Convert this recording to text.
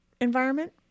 environment